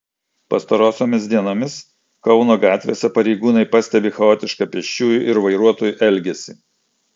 pastarosiomis dienomis kauno gatvėse pareigūnai pastebi chaotišką pėsčiųjų ir vairuotojų elgesį